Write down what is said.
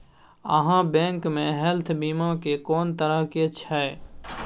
आहाँ बैंक मे हेल्थ बीमा के कोन तरह के छै?